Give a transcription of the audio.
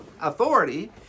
authority